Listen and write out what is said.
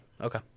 Okay